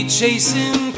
chasing